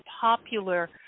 Popular